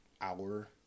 hour